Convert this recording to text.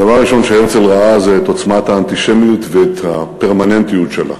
הדבר הראשון שהרצל ראה זה את עוצמת האנטישמיות ואת הפרמננטיות שלה.